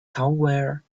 somewhere